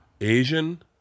Asian